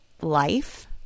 life